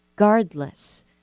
regardless